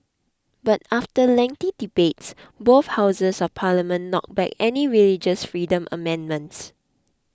but after lengthy debates both houses of parliament knocked back any religious freedom amendments